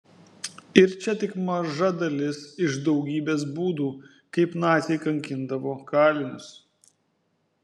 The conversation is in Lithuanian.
ir čia tik maža dalis iš daugybės būdų kaip naciai kankindavo kalinius